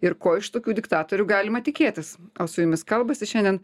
ir ko iš tokių diktatorių galima tikėtis o su jumis kalbasi šiandien